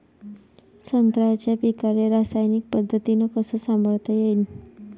संत्र्याच्या पीकाले रासायनिक पद्धतीनं कस संभाळता येईन?